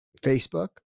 Facebook